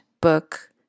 book